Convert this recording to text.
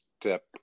step